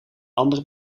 andere